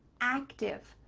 active,